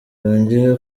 yongeyeho